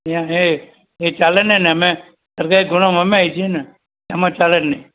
અહીંયા એ એ ચાલે નહીં ને અમે સરકારી ધોરણમાં અમે આવી જઈએ ને એમાં ચાલે જ નહીં